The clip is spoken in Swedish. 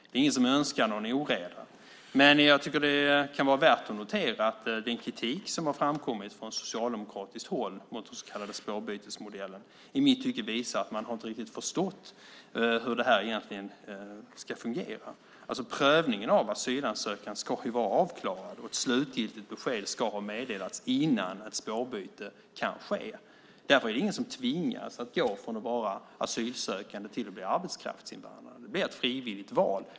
Det är ingen som önskar någon oreda. Det kan vara värt att notera att den kritik som har framkommit från socialdemokratiskt håll mot den så kallade spårbytesmodellen i mitt tycke visar att man inte riktigt har förstått hur det här egentligen ska fungera. Prövningen av asylansökan ska vara avklarad, och ett slutgiltigt besked ska ha meddelats innan ett spårbyte kan ske. Det är ingen som tvingas att gå från att vara asylsökande till att bli arbetskraftsinvandrare. Det blir ett frivilligt val.